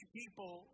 people